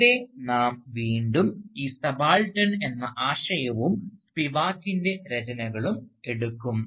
അവിടെ നാം വീണ്ടും ഈ സബാൾട്ടൻ എന്ന ആശയവും സ്പിവാക്കിൻറെ രചനകളും എടുക്കും